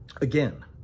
again